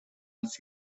nichts